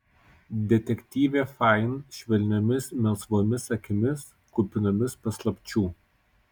detektyvė fain švelniomis melsvomis akimis kupinomis paslapčių